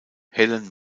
helen